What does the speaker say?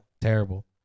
Terrible